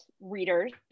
readers